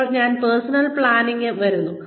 ഇപ്പോൾ ഞാൻ പേഴ്സണൽ പ്ലാനിംഗിലേക്ക് വരുന്നു